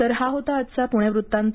तर हा होता आजचा पूणे वृत्तांत